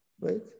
right